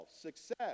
Success